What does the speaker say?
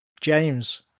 james